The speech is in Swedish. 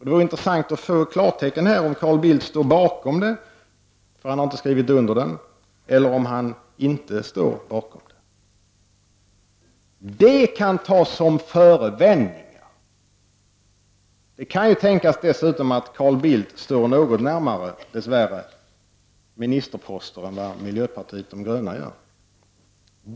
Det vore intressant att få klart om Carl Bildt står bakom den motionen eller inte, eftersom han inte har skrivit under den. Det kan dess värre tänkas att Carl Bildt står något närmare ministerposter än vad miljöpartiet de grönas representanter gör.